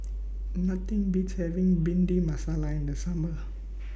Nothing Beats having Bhindi Masala in The Summer